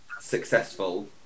successful